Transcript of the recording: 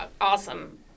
Awesome